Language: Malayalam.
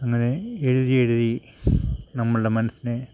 അങ്ങനെ എഴുതി എഴുതി നമ്മളുടെ മനസ്സിനെ